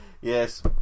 yes